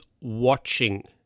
Watching